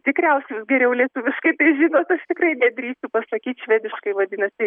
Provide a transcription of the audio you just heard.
tikriausiai jūs geriau lietuviškai tai žinot aš tikrai nedrįsiu pasakyt švediškai vadinasi